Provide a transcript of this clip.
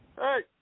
Hey